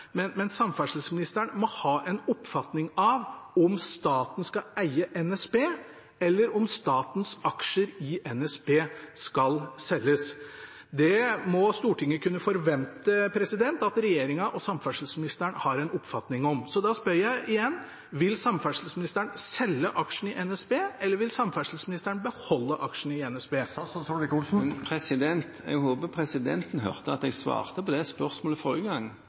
men samferdselsministeren må ha en oppfatning av – om staten skal eie NSB, eller om statens aksjer i NSB skal selges. Det må Stortinget kunne forvente at regjeringen og samferdselsministeren har en oppfatning om. Så jeg spør igjen: Vil samferdselsministeren selge aksjene i NSB, eller vil samferdselsministeren beholde aksjene i NSB? Jeg håper presidenten hørte at jeg svarte på det spørsmålet forrige gang,